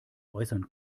äußern